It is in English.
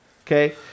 okay